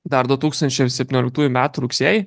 dar du tūkstančiai septynioliktųjų metų rugsėjį